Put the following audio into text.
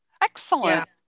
Excellent